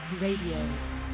Radio